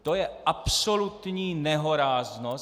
To je absolutní nehoráznost!